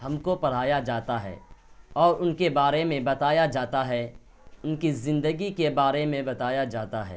ہم کو پڑھایا جاتا ہے اور ان کے بارے میں بتایا جاتا ہے ان کی زندگی کے بارے میں بتایا جاتا ہے